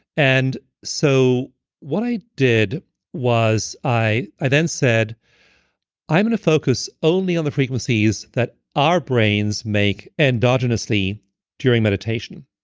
and so what i did was i i then said i'm going to focus only on the frequencies that our brains make indigenously during meditation.